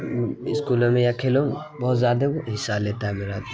اسکولوں میں یا کھیلوں بہت زیادہ وہ حصہ لیتا ہے میرا